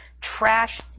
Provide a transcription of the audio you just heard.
trash